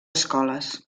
escoles